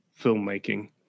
filmmaking